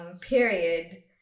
period